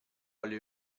alle